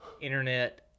internet